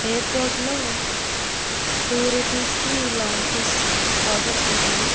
ఎయిర్పోర్ట్లో టూ రూపీస్కి launches offers ఉంటాయి